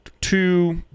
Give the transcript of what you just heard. two